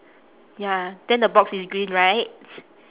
ya then the box is green right